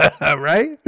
Right